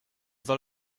soll